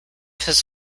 his